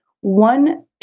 one